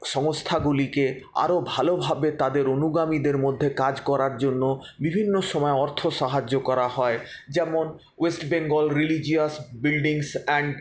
সংস্থাগুলিকে আরো ভালোভাবে তাদের অনুগামীদের মধ্যে কাজ করার জন্য বিভিন্ন সময়ে অর্থ সাহায্য করা হয় যেমন West Bengal religious buildings and